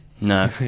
no